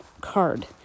card